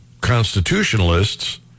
constitutionalists